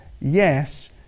yes